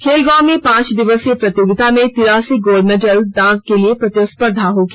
खेलगांव में पांच दिवसीय प्रतियोगिता में तिरासी गोल्ड मेडल के लिए प्रतिस्पर्धा होगी